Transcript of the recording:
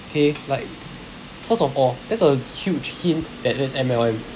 okay like first of all that's a huge hint that that's M_L_M